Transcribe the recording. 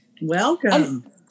Welcome